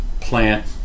plant